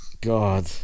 god